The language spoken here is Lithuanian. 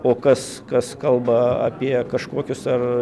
o kas kas kalba apie kažkokius ar